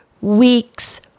weeks